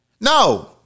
No